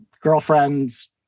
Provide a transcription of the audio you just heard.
girlfriends